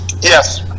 Yes